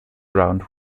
round